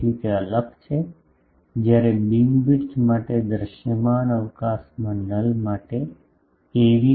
તેથી તે અલગ છે જ્યારે બીમવિડ્થ માટે દૃશ્યમાન અવકાશમાં નલ માટે એ